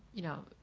you know,